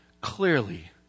clearly